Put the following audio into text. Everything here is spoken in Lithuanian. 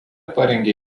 parengė